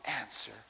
answer